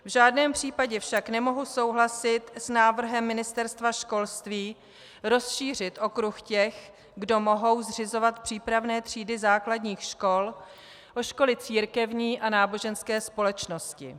V žádném případě však nemohu souhlasit s návrhem Ministerstva školství rozšířit okruh těch, kdo mohou zřizovat přípravné třídy základních škol, o školy církevní a náboženské společnosti.